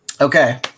Okay